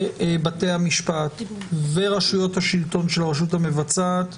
בתי המשפט ורשויות השלטון של הרשות המבצעת,